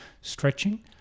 stretching